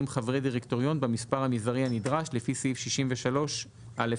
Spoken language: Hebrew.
חברי דירקטוריון במספר המזערי הנדרש לפי סעיף 63(א)(1).